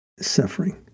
suffering